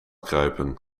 kruipen